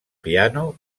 piano